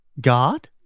God